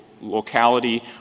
locality